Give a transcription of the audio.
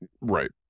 Right